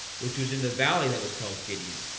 which was in the valley that was called gideon,